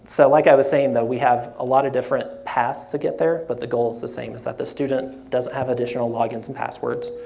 so like i was saying though, we have a lot of different paths to get there, but the goal is the same is that the student doesn't have additional log ins and passwords.